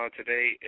Today